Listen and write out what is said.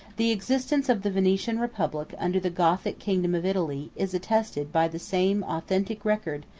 the existence of the venetian republic under the gothic kingdom of italy, is attested by the same authentic record,